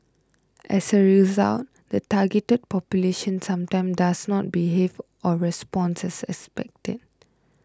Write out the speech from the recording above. as a result the targeted population sometimes does not behave or responds as expected